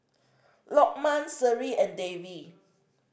Lokman Seri and Dewi